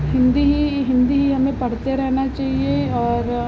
हिन्दी ही हिन्दी ही हमें पढ़ते रहना चहिए और